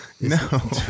no